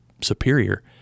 superior